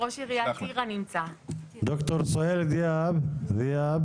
במיוחד לעיר טירה בימים אלה.